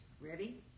Ready